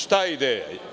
Šta je ideja?